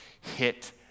hit